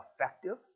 effective